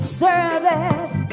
service